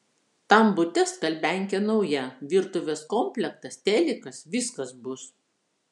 tam bute skalbiankė nauja virtuvės komplektas telikas viskas bus